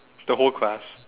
the whole class